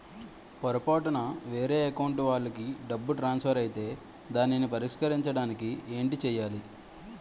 పొరపాటున వేరే అకౌంట్ వాలికి డబ్బు ట్రాన్సఫర్ ఐతే దానిని పరిష్కరించడానికి ఏంటి చేయాలి?